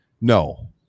No